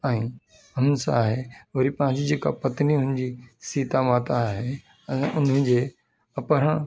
ऐं हुन सां आहे वरी पंहिंजी जेका पत्नी हुन जी सीता माता आहे ऐं उन्हनि जे अपहरण